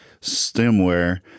stemware